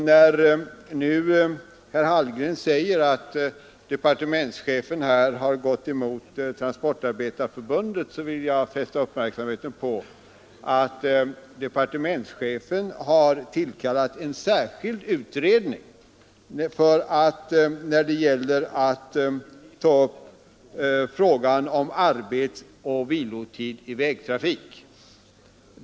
När herr Hallgren säger att departementschefen har gått emot Transportarbetareförbundet vill jag erinra om att departementschefen har tillkallat en särskild utredning beträffande frågan om arbetsoch vilotid i vägtrafik.